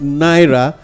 naira